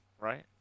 Right